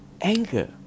anger